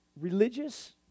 Religious